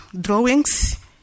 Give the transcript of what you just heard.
drawings